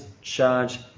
charge